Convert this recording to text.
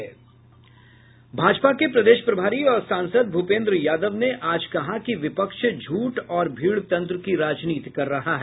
भाजपा के प्रदेश प्रभारी और सांसद भूपेन्द्र यादव ने आज कहा कि विपक्ष झूठ और भीड़ तंत्र की राजनीति कर रहा है